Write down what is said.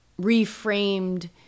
reframed